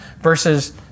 versus